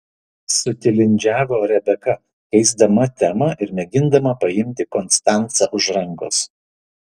sutilindžiavo rebeka keisdama temą ir mėgindama paimti konstancą už rankos